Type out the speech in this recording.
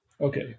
Okay